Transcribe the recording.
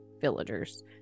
villagers